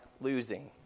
losing